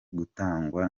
gutangwa